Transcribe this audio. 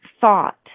thought